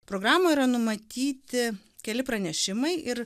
programoj yra numatyti keli pranešimai ir